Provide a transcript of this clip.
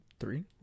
Three